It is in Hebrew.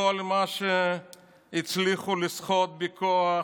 כל מה שהצליחו לסחוט בכוח,